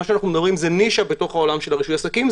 מה שאנחנו מדברים זה נישה בעולם של רישוי עסקים,